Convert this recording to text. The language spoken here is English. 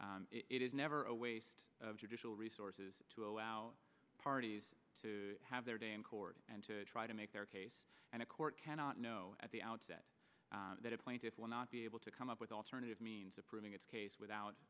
it is never a waste of judicial resources to allow parties to have their day in court and try to make their case and a court cannot know at the outset that it will not be able to come up with alternative means of proving its case without